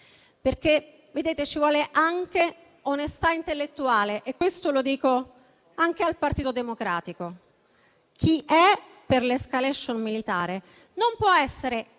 siete dati! Ci vuole onestà intellettuale e questo lo dico anche al Partito Democratico. Chi è per l'*escalation* militare non può essere